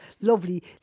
lovely